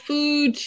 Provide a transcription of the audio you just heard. Food